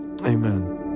Amen